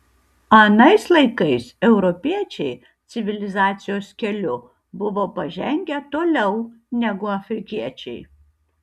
anais laikais europiečiai civilizacijos keliu buvo pažengę toliau negu afrikiečiai